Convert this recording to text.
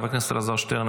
חבר הכנסת אליעזר שטרן,